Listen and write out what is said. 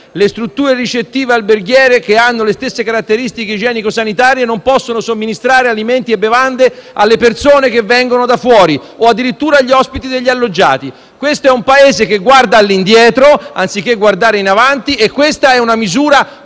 le strutture ricettive alberghiere, che hanno le stesse caratteristiche igienico-sanitarie, non possono somministrare alimenti e bevande alle persone che vengono da fuori o addirittura gli ospiti degli alloggiati. Questo è un Paese che guarda all'indietro, anziché guardare in avanti e questa è una misura